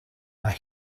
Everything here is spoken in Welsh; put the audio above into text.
mae